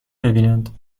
ببینند